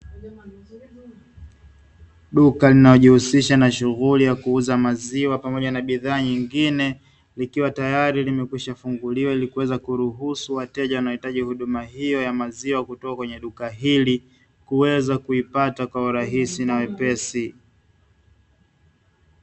Duka linalojihusisha na shughuli ya kuuza maziwa pamoja na bidhaa nyingine, likiwa tayari limekwisha funguliwa ili kuweza kuruhusu wateja wanaohitaji huduma hiyo ya maziwa kutoka kwenye duka hili, kuweza kuipata kwa urahisi na wepesi.